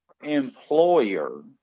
employer